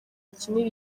akinira